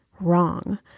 Wrong